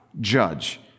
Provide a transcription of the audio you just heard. judge